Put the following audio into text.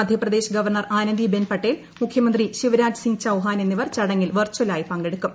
Madhya Pradesh governor Anandi Ben Patel മുഖ്യമന്ത്രി ശിവരാജ് സിംഗ് ചൌഹാൻ എന്നിവർ ചടങ്ങിൽ വെർചലായി പങ്കെടുക്കും